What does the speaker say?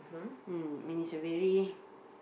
mm and it's a very